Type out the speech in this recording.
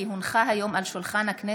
כי הונחו היום על שולחן הכנסת,